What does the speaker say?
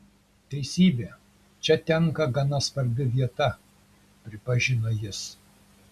teisybė čia tenka gana svarbi vieta pripažino jis